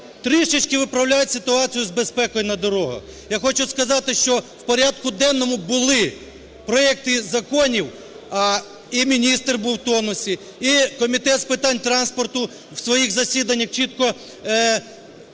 трішечки виправляють ситуацію з безпекою на дорогах. Я хочу сказати, що в порядку денному були проекти законів і міністр був в тонусі, і Комітет з питань транспорту у своїх засіданнях чітко дали